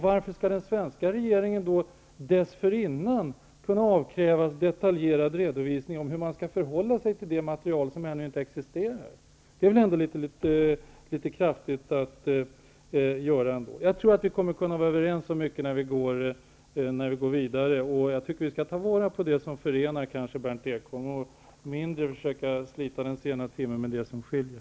Varför skall den svenska regeringen dessförinnan kunna avkrävas en detaljerad redovisning av hur man skall förhålla sig till det material som ännu inte existerar? Jag tror att vi kommer att kunna vara överens om mycket när vi går vidare. Jag tycker, Berndt Ekholm, att vi skall ta mera vara på det som förenar och mindre försöka slita den sena timmen med det som skiljer.